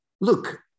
look